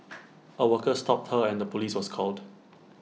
A worker stopped her and the Police was called